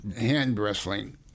hand-wrestling